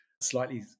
slightly